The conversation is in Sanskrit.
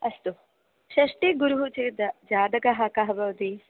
अस्तु षष्टे गुरुः चेद् जातकः कः भवति